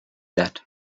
that